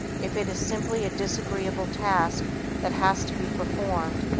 if it is simply a disagreeable task that has to be performed,